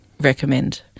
recommend